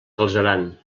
galceran